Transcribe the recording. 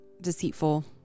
deceitful